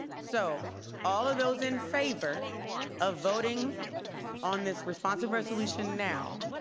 so all of those in favor of voting on this responsive resolution now,